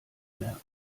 merken